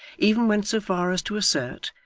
even went so far as to assert,